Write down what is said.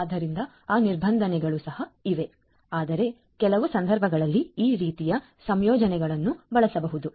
ಆದ್ದರಿಂದ ಆ ನಿರ್ಬಂಧಗಳು ಸಹ ಇವೆ ಆದರೆ ಕೆಲವು ಸಂದರ್ಭಗಳಲ್ಲಿ ಈ ರೀತಿಯ ಸಂಯೋಜನೆಗಳನ್ನೂ ಬಳಸಬಹುದು